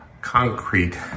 concrete